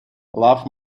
love